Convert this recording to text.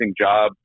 job